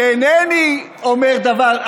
אתה חוצפן.